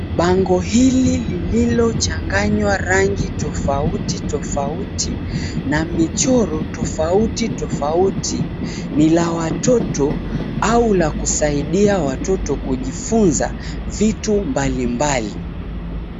Bango hili lililo changanywa rangi tofauti tofauti na michoro tofauti tofauti ni la watoto, au la kusaidia watoto kujifunza vitu mbalimbali.